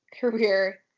career